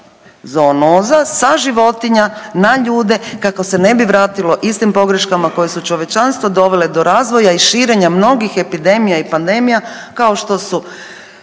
zoonoza sa životinja na ljude kako se ne bi vratilo istim pogreškama koje su čovječanstvo dovele do razvoja i širenja mnogih epidemija i pandemija kao što su,